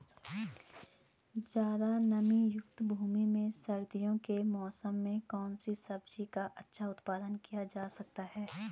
ज़्यादा नमीयुक्त भूमि में सर्दियों के मौसम में कौन सी सब्जी का अच्छा उत्पादन किया जा सकता है?